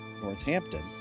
Northampton